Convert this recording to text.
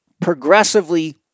progressively